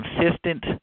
consistent